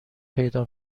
پیدا